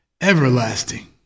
everlasting